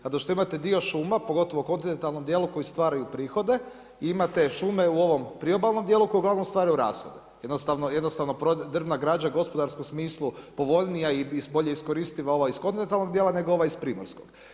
Zato što imate dio šuma, pogotovo u kontinentalnom djelu koji stvaraju prihode i imate šume u ovome priobalnom djelu koji uglavnom stvaraju rashode, jednostavno drvna građa u gospodarskom smislu je povoljnija i bolje iskoristiva ova iz kontinentalnog djela nego ova iz primorskog.